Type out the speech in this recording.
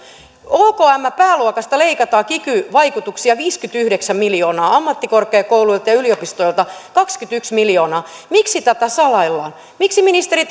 okmn pääluokasta leikataan kiky vaikutuksia viisikymmentäyhdeksän miljoonaa ammattikorkeakouluilta ja yliopistoilta kaksikymmentäyksi miljoonaa miksi tätä salaillaan miksi ministeri